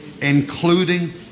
Including